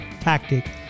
tactic